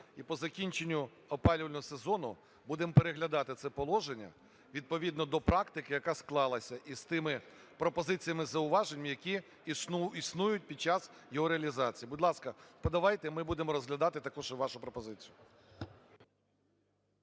І по закінченню опалювального сезону будемо переглядати це положення відповідно до практики, яка склалася, із тими пропозиціями, зауваженнями, які існують під час його реалізації. Будь ласка, подавайте, ми будемо розглядати також і вашу пропозицію.